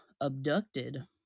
abducted